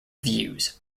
views